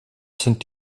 sind